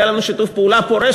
היה לנו אתם שיתוף פעולה פורה,